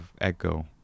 echo